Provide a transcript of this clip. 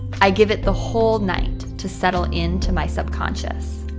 i give it the whole night to settle in to my subconscious.